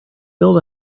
build